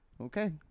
okay